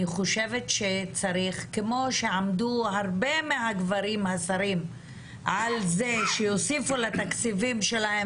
כמו שעמדו הרבה מהגברים השרים על זה שיוסיפו לתקציבים שלהם,